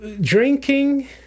drinking